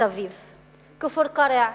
סביב כפר-קרע,